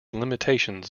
limitations